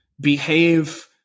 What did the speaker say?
behave